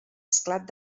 esclat